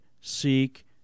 seek